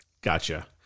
Gotcha